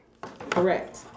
Correct